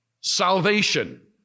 salvation